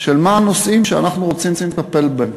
של הנושאים שאנחנו רוצים לטפל בהם.